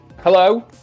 Hello